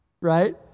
right